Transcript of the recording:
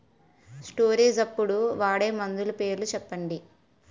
Storage అప్పుడు వాడే మందులు పేర్లు చెప్పండీ?